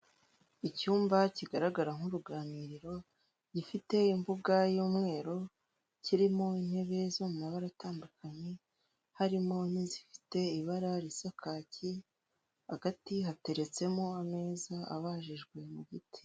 icyapa gitoya cy'umuhondo gikoze mu ishusho y'urukiramende kikaba kiriho uburyo bwifashishwa mukwishyura ibiribwa cyangwa se ibicuruzwa hakoreshejwe ikoranabuhanga rikoresha telefone